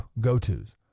go-tos